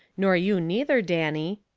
nor you neither, danny.